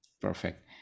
perfect